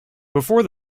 before